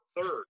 third